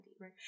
Right